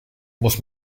muss